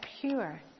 pure